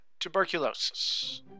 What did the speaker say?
tuberculosis